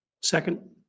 Second